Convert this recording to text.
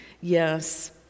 yes